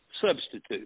substitute